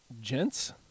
Gents